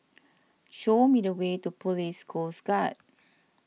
show me the way to Police Coast Guard